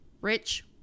Rich